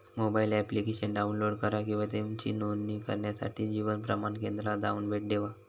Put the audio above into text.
mobile application download करा किंवा तुमची नोंदणी करण्यासाठी जीवन प्रमाण केंद्राला जाऊन भेट देवा